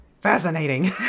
fascinating